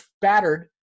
battered